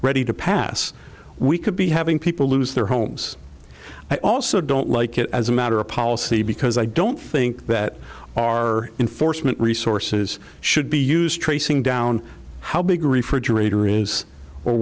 ready to pass we could be having people lose their homes i also don't like it as a matter of policy because i don't think that our in foresman resources should be used tracing down how big refrigerator is or